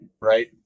right